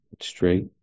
straight